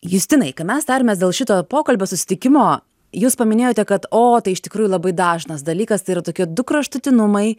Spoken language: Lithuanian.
justinai ka mes tarėmės dėl šito pokalbio susitikimo jūs paminėjote kad o tai iš tikrųjų labai dažnas dalykas tai yra tokie du kraštutinumai